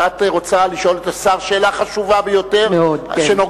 ואת רוצה לשאול את השר שאלה חשובה ביותר שנוגעת